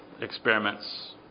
experiments